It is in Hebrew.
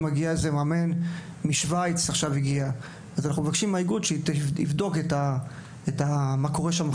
מגיע איזה מאמן עכשיו הגיע משוויץ ויבדוק מה קורה שם,